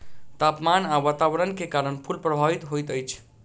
तापमान आ वातावरण के कारण फूल प्रभावित होइत अछि